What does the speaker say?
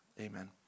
Amen